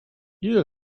ile